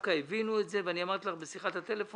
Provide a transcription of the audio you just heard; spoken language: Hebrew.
דווקא הבינו את זה ואמרתי לך בשיחת הטלפון